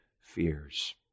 fears